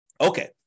Okay